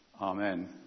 Amen